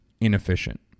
inefficient